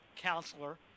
Counselor